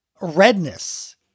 Redness